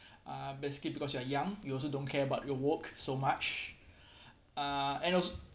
basically because you are young you also don't care about your work so much uh and also